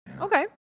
Okay